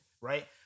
right